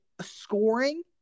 scoring